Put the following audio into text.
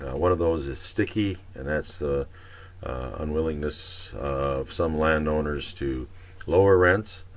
one of those is sticky and that's the unwillingness of some landowners to lower rents.